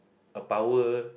a power